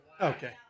Okay